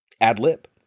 ad-lib